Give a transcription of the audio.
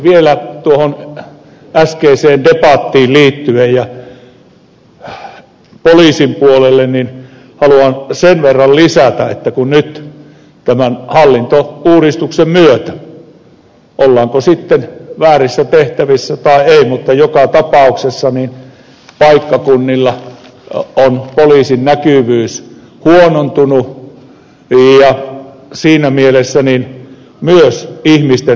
vielä äskeiseen debattiin liittyen poliisin puolelta haluan sen verran lisätä että nyt tämän hallintouudistuksen myötä ollaanko sitten väärissä tehtävissä vai ei joka tapauksessa paikkakunnilla poliisin näkyvyys on huonontunut ja siinä mielessä myös ihmisten turvallisuudentunne on heikentynyt